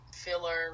filler